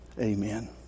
Amen